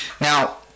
Now